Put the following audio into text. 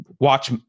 watch